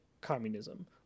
communism